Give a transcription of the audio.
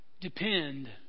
depend